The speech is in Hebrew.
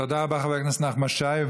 תודה רבה, חבר הכנסת נחמן שי.